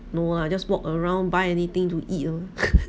no ah just walk around buy anything to eat oh